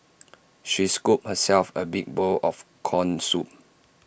she scooped herself A big bowl of Corn Soup